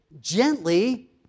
gently